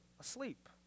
asleep